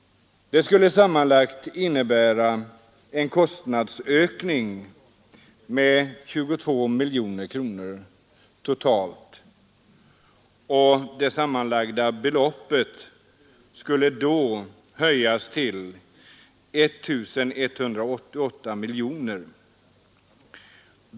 Det skulle sammanlagt innebära en kostnadsökning med totalt 22 miljoner kronor, och det sammanlagda beloppet skulle höjas till 1 188 miljoner kronor.